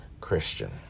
Christian